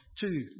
Two